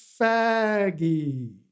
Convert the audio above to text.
faggy